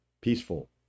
peaceful